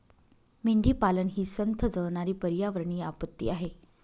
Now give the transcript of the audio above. मेंढीपालन ही संथ जळणारी पर्यावरणीय आपत्ती आहे